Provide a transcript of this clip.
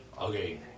okay